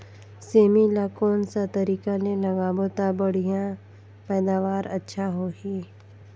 सेमी ला कोन सा तरीका ले लगाबो ता बढ़िया पैदावार अच्छा होही?